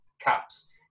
caps